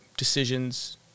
decisions